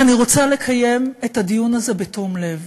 ואני רוצה לקיים את הדיון הזה בתום לב.